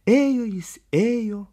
ėjo jis ėjo